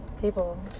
people